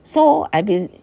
so I've been